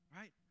right